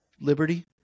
liberty